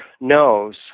knows